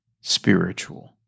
spiritual